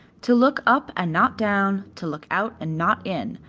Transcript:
to look up and not down, to look out and not in,